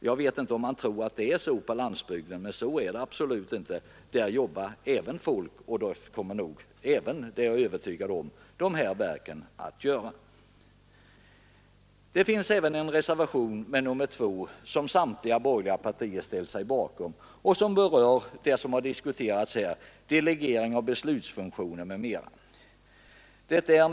Jag vet inte om man har den uppfattningen, men jag vet att man jobbar också ute i landsorten, och jag är övertygad om att också dessa verk kommer att göra det. Samtliga borgerliga partier har vidare ställt sig bakom reservationen 2, som berör det som har diskuterats här, nämligen delegering av beslutsfunktioner m.m. Med ”m.